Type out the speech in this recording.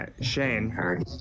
Shane